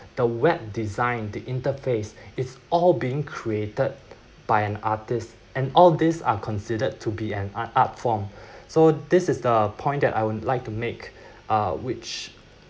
the web design the interface is all being created by an artist and all these are considered to be an art form so this is the point that I would like to make uh which